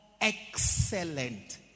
Excellent